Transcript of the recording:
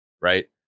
right